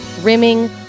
rimming